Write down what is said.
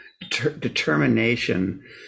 determination